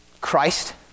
Christ